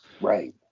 right